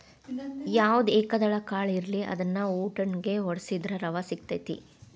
ಯಾವ್ದ ಏಕದಳ ಕಾಳ ಇರ್ಲಿ ಅದ್ನಾ ಉಟ್ಟಂಗೆ ವಡ್ಸಿದ್ರ ರವಾ ಸಿಗತೈತಿ